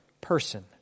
person